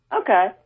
Okay